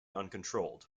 uncontrolled